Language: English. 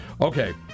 Okay